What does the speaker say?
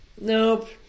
Nope